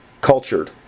cultured